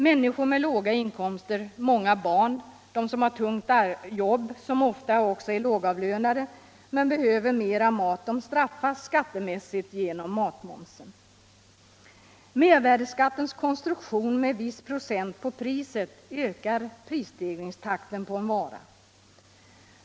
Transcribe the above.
Människor med låga inkomster, många barn och tungt jobb som medför behov av mera mat stratfas skattemässigt genom matmomsen. Mervärdeskattens konstruktion med viss procent på priset ökar prisstegringstakten på en vara.